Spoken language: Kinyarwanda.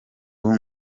ubu